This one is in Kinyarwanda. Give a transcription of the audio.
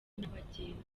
nyabagendwa